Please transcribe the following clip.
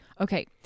Okay